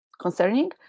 concerning